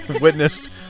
witnessed